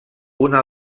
una